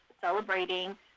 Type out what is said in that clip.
celebrating